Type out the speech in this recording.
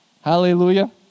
Hallelujah